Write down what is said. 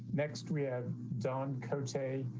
next we have done coach a